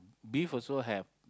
beef also have